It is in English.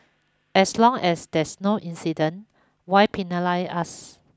as long as there's no incident why penalise us